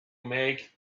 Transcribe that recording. make